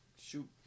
shoot